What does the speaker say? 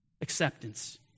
acceptance